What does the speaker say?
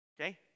Okay